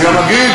אני גם אגיד.